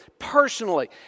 personally